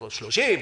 של 30,000,